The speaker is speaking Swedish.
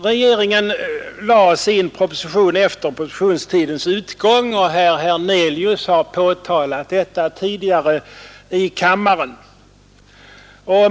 Regeringen lade fram sin proposition efter propositionstidens utgång; herr Hernelius har tidigare påtalat detta i kammaren.